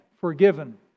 forgiven